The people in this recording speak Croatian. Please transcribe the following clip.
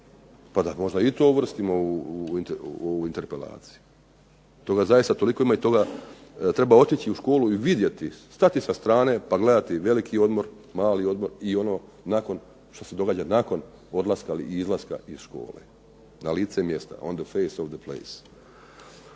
pa da možda i to uvrstimo u ovu interpelaciju. Toga zaista toliko tima i treba otići u školu i vidjeti, stati sa strane pa gledati veliki odmor, mali odmor i ono što se događa nakon odlaska ili izlaska iz škole na lice mjesta "on the face of the place".